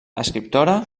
escriptora